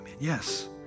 Yes